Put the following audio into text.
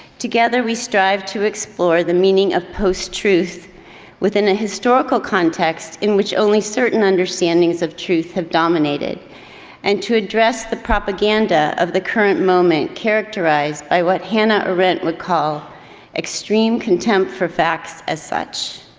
together, we strive to explore the meaning of post-truth within a historical context in which only certain understandings of truth have dominated and to address the propaganda of the current moment characterized by what hannah arendt would call extreme contempt for facts as such.